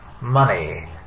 money